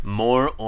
more